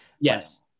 Yes